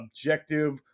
objective